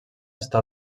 està